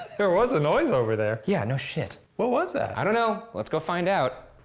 there was a noise over there. yeah, no shit! what was that? i don't know, let's go find out.